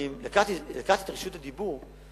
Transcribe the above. לקחתי את רשות הדיבור,